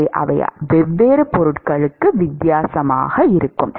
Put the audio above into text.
எனவே அவை வெவ்வேறு பொருட்களுக்கு வித்தியாசமாக இருக்கும்